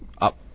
up